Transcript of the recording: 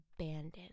abandoned